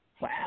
Wow